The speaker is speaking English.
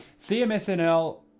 CMSNL